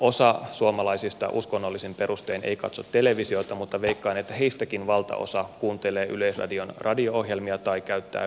osa suomalaisista uskonnollisin perustein ei katso televisiota mutta veikkaan että heistäkin valtaosa kuuntelee yleisradion radio ohjelmia tai käyttää ylen verkkopalveluja